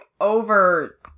over